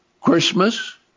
Christmas